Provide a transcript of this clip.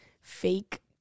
fake